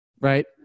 right